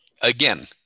again